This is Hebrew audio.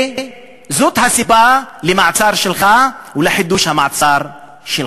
זאת הסיבה למעצר שלך ולחידוש המעצר שלך.